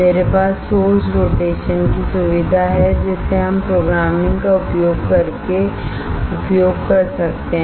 मेरे पास source rotation की सुविधा है जिसे हम प्रोग्रामिंग का उपयोग करके उपयोग कर सकते हैं